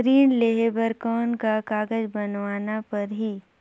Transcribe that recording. ऋण लेहे बर कौन का कागज बनवाना परही?